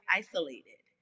isolated